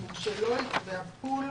מורשה לוידס והפול,